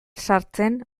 sartzen